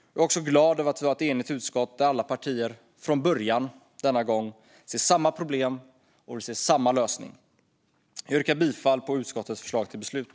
Jag är också glad över att vi har ett enigt utskott där alla partier från början, denna gång, ser samma problem och vill se samma lösning. Jag yrkar bifall till utskottets förslag till beslut.